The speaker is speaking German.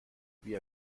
wie